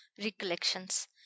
recollections